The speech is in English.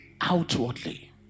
outwardly